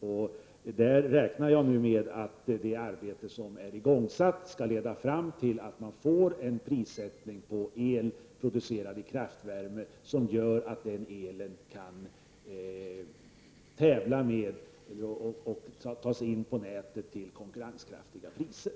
Jag räknar nu med att det arbete som är i gång skall leda fram till att man får en prissättning på el producerad i kraftvärmeverk som medför att el kan tävla med och tas in på nätet till konkurrenskraftiga priser.